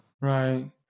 Right